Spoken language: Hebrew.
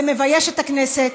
זה מבייש את הכנסת.